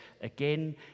again